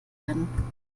werden